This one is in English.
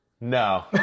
No